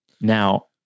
Now